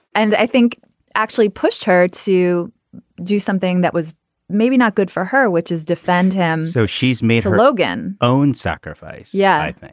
and i think actually pushed her to do something that was maybe not good for her which is defend him so she's made a logan own sacrifice. yeah.